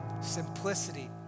simplicity